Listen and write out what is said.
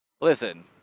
Listen